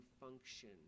function